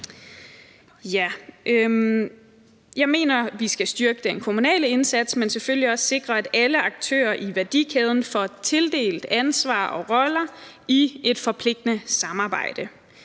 Jeg mener, at vi skal styrke den kommunale indsats, men selvfølgelig også sikre, at alle aktører i værdikæden får tildelt ansvar og roller i et forpligtende samarbejde.